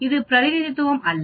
இது பிரதிநிதித்துவம் அல்ல